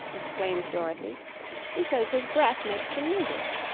exclaimed dorothy he says his breath makes the music.